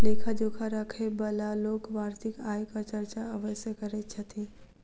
लेखा जोखा राखयबाला लोक वार्षिक आयक चर्चा अवश्य करैत छथि